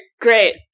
Great